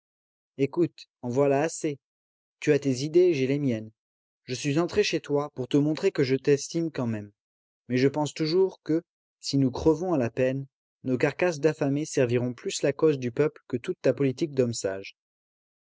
écoute en voilà assez tu as tes idées j'ai les miennes je suis entré chez toi pour te montrer que je t'estime quand même mais je pense toujours que si nous crevons à la peine nos carcasses d'affamés serviront plus la cause du peuple que toute ta politique d'homme sage